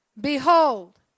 behold